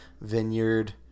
vineyard